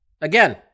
again